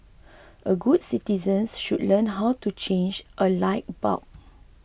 all good citizens should learn how to change a light bulb